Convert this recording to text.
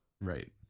Right